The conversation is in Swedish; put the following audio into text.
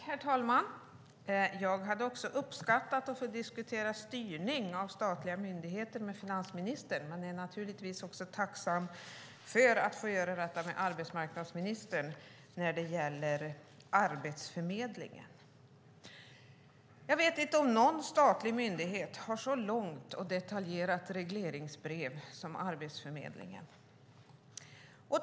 Herr talman! Jag hade också uppskattat att få diskutera styrning av statliga myndigheter med finansministern. Men jag är naturligtvis också tacksam för att få diskutera Arbetsförmedlingen med arbetsmarknadsministern. Jag vet inte om någon statlig myndighet har ett så långt och detaljerat regleringsbrev som Arbetsförmedlingen.